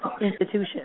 institution